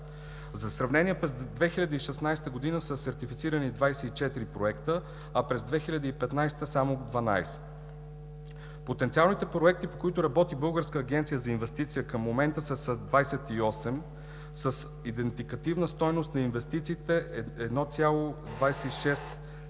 За сравнение – през 2016 г. са сертифицирани 24 проекта, а през 2015 г. – само 12. Потенциалните проекти, по които работи Българска агенция за инвестиции, към момента са 28 с индикативна стойност на инвестициите 1,26…